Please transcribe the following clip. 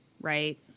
Right